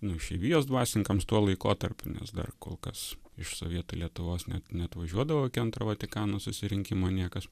nu išeivijos dvasininkams tuo laikotarpiu nes dar kol kas iš sovietų lietuvos net neatvažiuodavo iki antro vatikano susirinkimo niekas